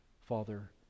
Father